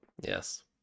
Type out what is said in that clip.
yes